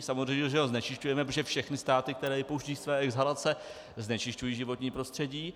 Samozřejmě že ho znečišťujeme, protože všechny státy, které vypouštějí své exhalace, znečišťují životní prostředí.